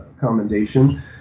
commendation